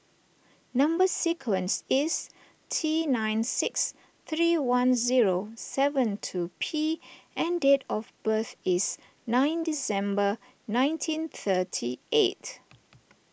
Number Sequence is T nine six three one zero seven two P and date of birth is nine December nineteen thirty eight